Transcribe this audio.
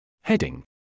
Heading